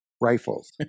rifles